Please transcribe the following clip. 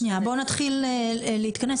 בואו נתחיל להתכנס.